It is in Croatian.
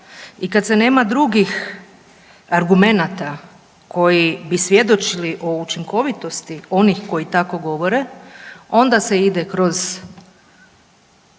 i kad se nema drugih argumenata koji bi svjedočili o učinkovitosti onih koji tako govore onda se ide kroz